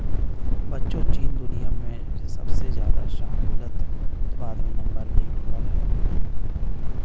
बच्चों चीन दुनिया में सबसे ज्यादा शाहबूलत उत्पादन में नंबर एक पर है